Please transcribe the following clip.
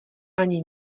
ani